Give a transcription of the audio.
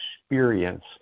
experience